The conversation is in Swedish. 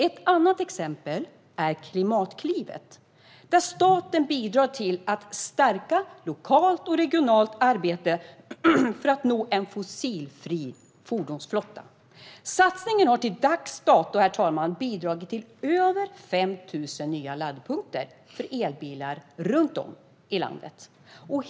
Ett annat exempel är Klimatklivet, där staten bidrar till att stärka lokalt och regionalt arbete för att nå en fossilfri fordonsflotta. Satsningen har till dags dato bidragit till över 5 000 nya laddpunkter för elbilar runt om i landet.